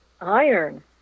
iron